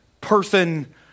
person